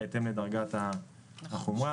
בהתאם לדרגת החומרה.